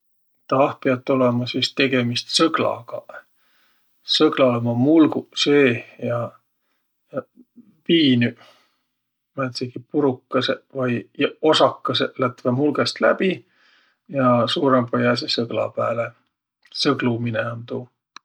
Tah piät olõma sis tegemist sõglagaq. Sõglal ummaq mulguq seeh ja piinüq määntsegiq purukõsõq vai osakõsõq lätväq mulgõst läbi ja suurõmbaq jääseq sõgla pääle. Sõgluminõ um tuu.